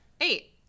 Eight